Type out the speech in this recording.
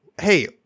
hey